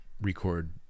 record